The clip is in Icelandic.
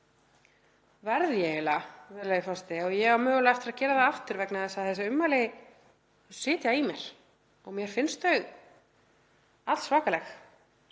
virðulegi forseti, og ég á mögulega eftir að gera það aftur — vegna þess að þessi ummæli sitja í mér og mér finnst þau allsvakaleg,